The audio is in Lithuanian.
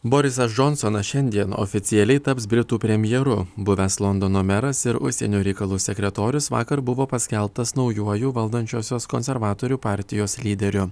borisas džonsonas šiandien oficialiai taps britų premjeru buvęs londono meras ir užsienio reikalų sekretorius vakar buvo paskelbtas naujuoju valdančiosios konservatorių partijos lyderiu